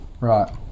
Right